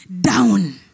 down